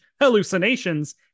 hallucinations